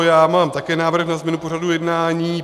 Já mám také návrh na změnu pořadu jednání.